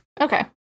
Okay